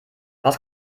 was